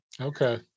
okay